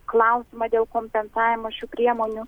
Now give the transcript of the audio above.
klausimą dėl kompensavimo šių priemonių